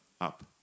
up